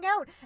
out